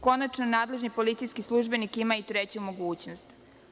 Konačno, nadležni policijski službenik ima i treću mogućnost.